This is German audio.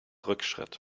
rückschritt